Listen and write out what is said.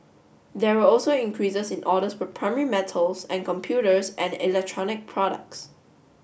there were also increases in orders for primary metals and computers and electronic products